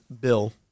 bill